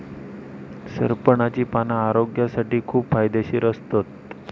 सरपणाची पाना आरोग्यासाठी खूप फायदेशीर असतत